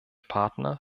partner